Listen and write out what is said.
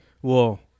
Whoa